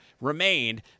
remained